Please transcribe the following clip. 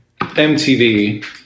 MTV